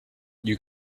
you